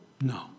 No